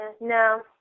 No